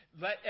Let